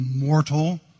immortal